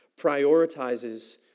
prioritizes